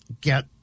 get